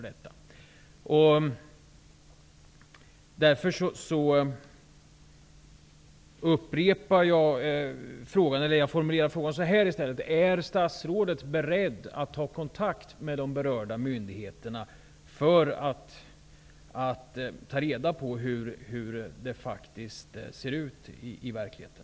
Jag vill därför formulera frågan så här i stället: Är statsrådet beredd att ta kontakt med de berörda myndigheterna för att ta reda på hur det faktiskt ser ut i verkligheten?